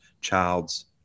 child's